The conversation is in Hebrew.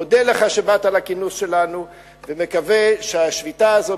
מודה לך על שבאת לכינוס שלנו ומקווה שהשביתה הזאת,